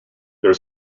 there